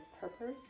purpose